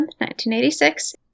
1986